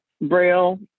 braille